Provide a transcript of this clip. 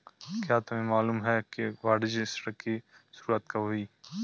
क्या तुम्हें मालूम है कि वाणिज्य ऋण की शुरुआत कब हुई?